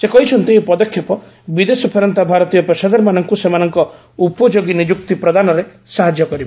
ସେ କହିଛନ୍ତି ଏହି ପଦକ୍ଷେପ ବିଦେଶ ଫେରନ୍ତା ଭାରତୀୟ ପେସାଦାରମାନଙ୍କୁ ସେମାନଙ୍କ ଉପଯୋଗୀ ନିଯୁକ୍ତି ପ୍ରଦାନରେ ସାହାଯ୍ୟ କରିବ